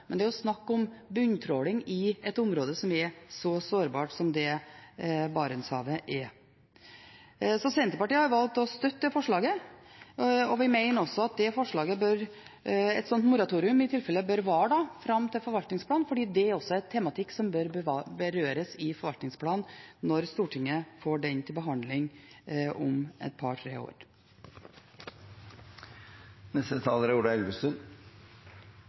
Det er snakk om bunntråling i et område som er så sårbart som det Barentshavet er. Senterpartiet har valgt å støtte det forslaget. Vi mener også at et slikt moratorium i tilfelle bør vare fram til forvaltningsplanen, for det er en tematikk som bør berøres i forvaltningsplanen når Stortinget får den til behandling om to til tre år. Jeg vil først takke forslagsstilleren fra Kristelig Folkeparti for å ha lagt fram dette forslaget, og også for det arbeidet som er